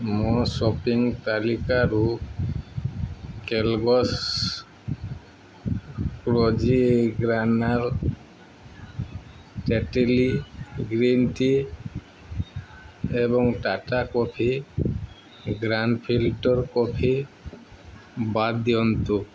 ମୋ ସପିଙ୍ଗ ତାଲିକାରୁ Kellogg's crunchy granola Tetley green tea ଏବଂ Tata coffee grand filter coffee ବାଦ ଦିଅନ୍ତୁ